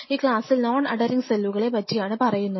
ഈ ക്ലാസിൽ non adhering സെല്ലുകളെ പറ്റിയാണ് പറയുന്നത്